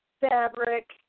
fabric